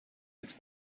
its